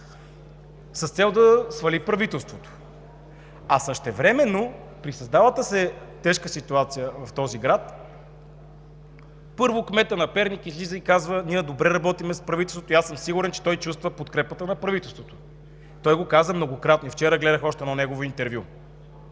с цел да свали правителството, а същевременно при създалата се тежка ситуация в този град първо кметът на Перник излиза и казва: „Ние добре работим с правителството.“, и аз съм сигурен, че той чувства подкрепата на правителството. Той го каза многократно, и вчера гледах още едно негово интервю.